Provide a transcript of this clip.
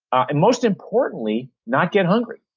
and most importantly not get hungry?